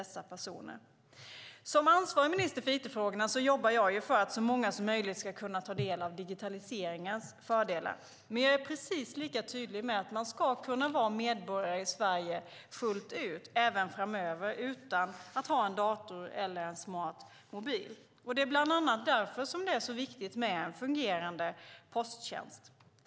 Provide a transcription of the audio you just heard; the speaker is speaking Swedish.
Som minister med ansvar för it-frågorna jobbar jag för att så många som möjligt ska kunna ta del av digitaliseringens fördelar. Men jag är precis lika tydlig med att man ska kunna vara medborgare i Sverige fullt ut även framöver utan att ha en dator eller en smart mobil. Det är bland annat därför som det är så viktigt med en fungerande posttjänst.